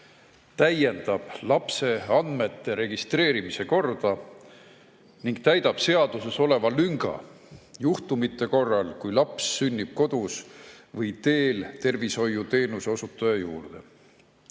täiendab lapse andmete registreerimise korda ning täidab seaduses oleva lünga juhtumite korral, kui laps sünnib kodus või teel tervishoiuteenuse osutaja juurde.